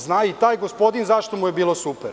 Zna taj gospodin što mu je bilo super.